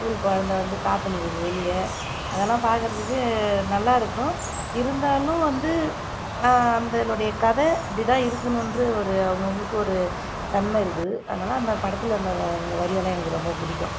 school குழந்தை வந்து காற்றுன்னு இருக்குது வெளிய அதெல்லாம் பார்க்குறதுக்கு நல்லாயிருக்கும் இருந்தாலும் வந்து அந்தனுடைய கதை இப்படி தான் இருக்கணும்ற ஒரு அவங்கவுங்களுக்கு ஒரு தன்மை இருக்குது அதனால் அந்த படத்தில் அந்த வரி அந்த வரியெல்லாம் எங்களுக்கு ரொம்ப பிடிக்கும்